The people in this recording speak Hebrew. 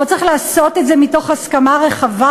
או שצריך לעשות את זה מתוך הסכמה רחבה?